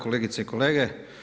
Kolegice i kolege.